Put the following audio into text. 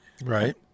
Right